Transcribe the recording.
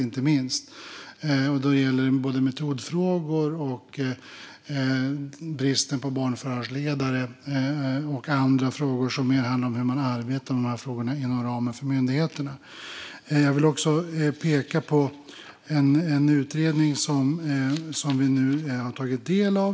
Det gäller metodfrågor, bristen på barnförhörsledare och andra frågor som mer handlar om hur man arbetar med dessa frågor inom ramen för myndigheterna. Jag vill också peka på en utredning som vi nu har tagit del av.